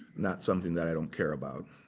not something that i don't care about.